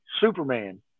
Superman